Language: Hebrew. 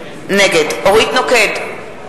נגד אורית נוקד,